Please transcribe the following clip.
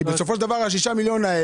כי בסופו של דבר השישה מיליון שקלים